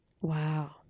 Wow